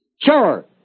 Sure